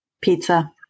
Pizza